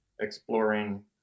exploring